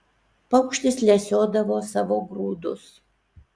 paukštis lesiodavo savo grūdus